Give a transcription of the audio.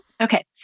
Okay